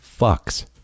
fucks